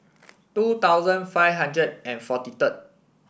two thousand five hundred and forty third